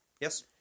yes